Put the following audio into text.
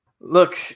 Look